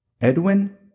Edwin